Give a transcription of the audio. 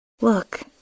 Look